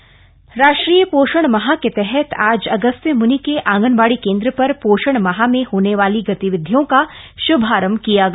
पोषण माह रुद्रप्रयाग राष्ट्रीय पोषण माह के तहत आज अगस्त्यम्नि के आंगनबाड़ी केन्द्र पर पोषण माह में होने वाली गतिविधियों का श्भारम्भ किया गया